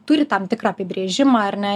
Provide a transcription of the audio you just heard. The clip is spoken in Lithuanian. turi tam tikrą apibrėžimą ar ne